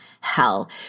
hell